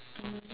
mmhmm